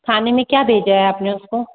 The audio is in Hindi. खाने में क्या भेजा है आपने उसको